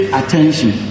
attention